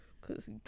Cause